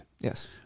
Yes